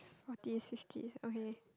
forties fifties okay